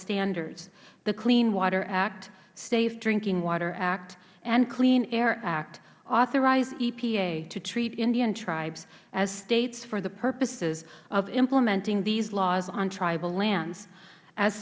standards the clean water act safe drinking water act and clean air act authorized the epa to treat indian tribes as states for the purposes of implementing these laws on tribal lands as